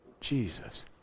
Jesus